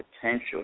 potential